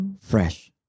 Fresh